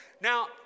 Now